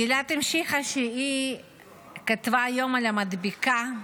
גילת המשיכה כשהיא כתבה היום על המדבקה,